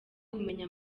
kumenya